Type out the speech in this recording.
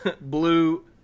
blue